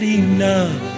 enough